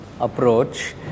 approach